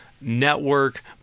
network